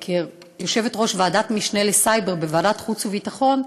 כיושבת-ראש ועדת משנה לסייבר בוועדת חוץ וביטחון,